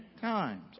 times